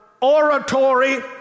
oratory